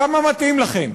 כמה מתאים לכם.